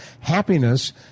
happiness